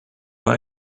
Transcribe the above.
are